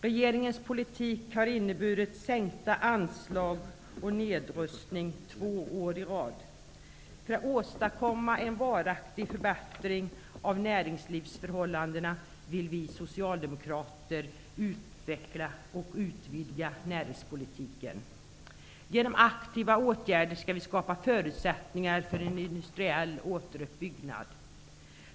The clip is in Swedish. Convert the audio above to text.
Regeringens politik har inneburit sänkta anslag och nedrustning två år i rad. För att åstadkomma en varaktig förbättring av näringslivets förhållanden vill vi socialdemokrater utveckla och utvidga näringspolitiken. Genom aktiva åtgärder skall vi skapa förutsättningar för en industriell återuppbyggnad.